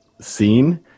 seen